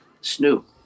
Snoop